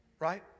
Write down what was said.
right